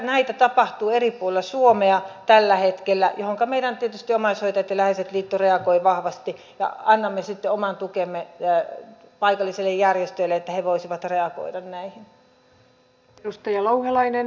näitä tapahtuu eri puolilla suomea tällä hetkellä mihinkä tietysti meidän omaishoitajat ja läheiset liitto reagoi vahvasti ja annamme sitten oman tukemme paikallisille järjestöille että he voisivat reagoida näihin